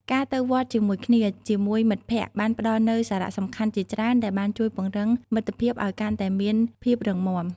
ការទៅវត្តជាមួយគ្នាជាមួយមិត្តភក្តិបានផ្តល់នូវសារៈសំខាន់ជាច្រើនដែលបានជួយពង្រឹងមិត្តភាពឲ្យកាន់តែមានភាពរឹងមាំ។